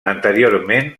anteriorment